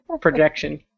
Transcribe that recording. projection